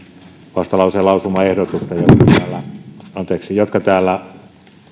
vastalauseen lausumaehdotusta jotka täällä